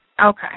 Okay